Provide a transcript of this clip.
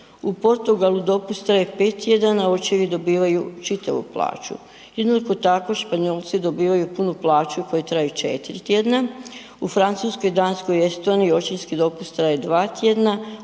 u Portugalu dopust traje 5 tjedana, a očevi dobivaju čitavu plaću, jednako tako Španjolci dobivaju punu plaću koji traje 4 tjedna, u Francuskoj, Danskoj i Estoniji očinski dopust traje 2 tjedna